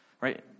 Right